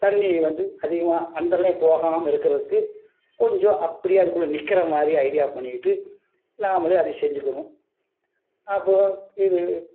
தண்ணி வந்து அதிகமாக அந்தல்லயும் போகாமல் இருக்குறதுக்கு கொஞ்சம் அப்படியே அதுக்குள்ளே நிற்கிற மாதிரி ஐடியா பண்ணிகிட்டு நாமளே அதை செஞ்சுக்கணும் அப்புறம் இது